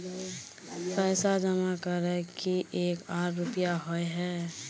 पैसा जमा करे के एक आर रूप होय है?